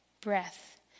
breath